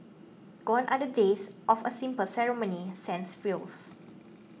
gone are the days of a simple ceremony sans frills